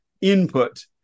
input